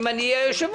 אם אני אהיה יושב-ראש.